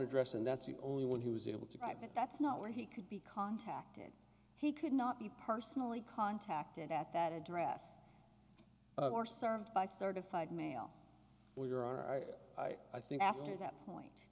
address and that's the only one he was able to drive but that's not where he could be contacted he could not be personally contacted at that address or served by certified mail or your r i i i think after that point